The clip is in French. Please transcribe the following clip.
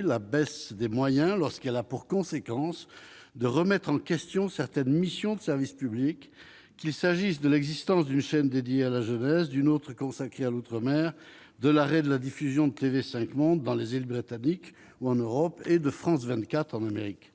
la baisse des moyens, lorsqu'elle a pour conséquence de remettre en question certaines missions de service public, qu'il s'agisse de l'existence d'une chaîne consacrée à la jeunesse, d'une autre tournée vers l'outre-mer, ou de l'arrêt de la diffusion de TV5 Monde dans les îles britanniques et en Europe et de France 24 en Amérique.